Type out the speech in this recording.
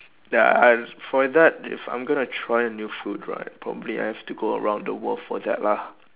ya I for is that if I'm gonna try new food right probably I have to go around the world for that lah